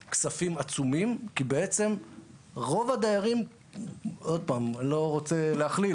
אלה לא כספים עצומים לא רוצה להכליל,